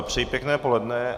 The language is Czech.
Přeji pěkné poledne.